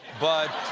but